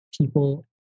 people